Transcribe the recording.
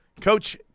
coach